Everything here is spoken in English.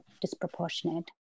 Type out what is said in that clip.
disproportionate